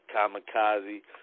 Kamikaze